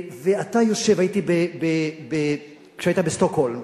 כשהיית בשטוקהולם,